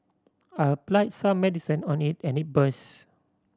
I applied some medicine on it and it burst